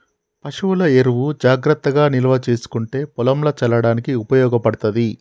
పశువుల ఎరువు జాగ్రత్తగా నిల్వ చేసుకుంటే పొలంల చల్లడానికి ఉపయోగపడ్తది